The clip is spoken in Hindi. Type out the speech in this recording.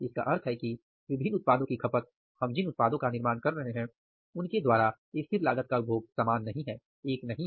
इसका मतलब है कि विभिन्न उत्पादों की खपत हम जिन उत्पादों का निर्माण कर रहे हैं उनके द्वारा स्थिर लागत का उपभोग समान नही है एक नही है